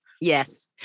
Yes